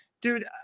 dude